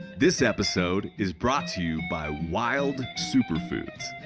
this episode is brought to you by wild superfoods.